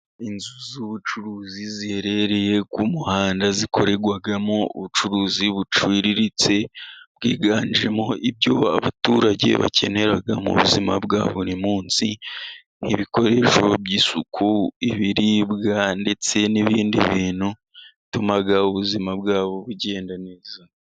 Inzu z'ubucuruzi ziherereye ku muhanda, zikorerwamo ubucuruzi buciriritse, bwiganjemo ibyo abaturage bakenera mu buzima bwa buri munsi, nk'ibikoresho by'isuku, ibiribwa ndetse n'ibindi bintu bituma ubuzima bwa bo bugenda neza.